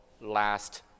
last